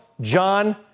John